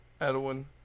edwin